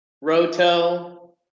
Roto